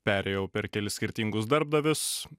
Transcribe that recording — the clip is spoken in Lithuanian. perėjau per kelis skirtingus darbdavius